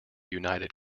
united